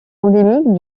endémique